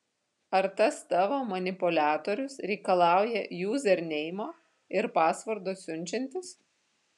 ar tas tavo manipuliatorius reikalauja juzerneimo ir pasvordo siunčiantis